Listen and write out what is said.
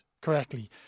correctly